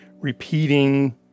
repeating